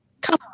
come